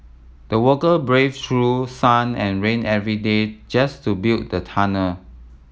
the worker braved through sun and rain every day just to build the tunnel